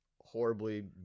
horribly